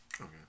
Okay